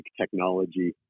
technology